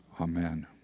Amen